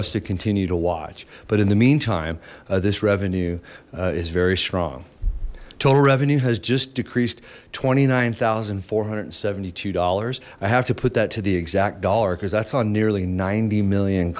us to continue to watch but in the meantime this revenue is very strong total revenue has just decreased twenty nine thousand four hundred and seventy two dollars i have to put that the exact dollar because that's on nearly ninety million